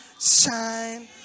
shine